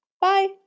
Bye